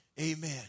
Amen